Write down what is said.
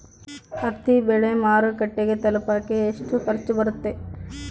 ಹತ್ತಿ ಬೆಳೆ ಮಾರುಕಟ್ಟೆಗೆ ತಲುಪಕೆ ಎಷ್ಟು ಖರ್ಚು ಬರುತ್ತೆ?